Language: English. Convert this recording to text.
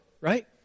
right